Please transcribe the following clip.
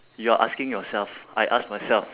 you are asking yourself I ask myself